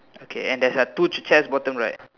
okay and there's a two chairs bottom right